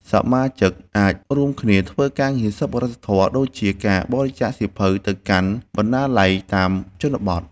សមាជិកអាចរួមគ្នាធ្វើការងារសប្បុរសធម៌ ដូចជាការបរិច្ចាគសៀវភៅទៅកាន់បណ្ណាល័យតាមជនបទ។